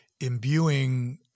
imbuing